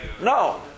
No